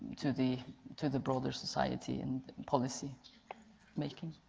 to the to the broader society and policy making.